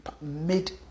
made